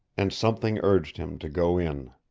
and something urged him to go in.